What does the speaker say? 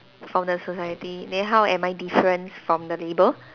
from the society then how am I different from the label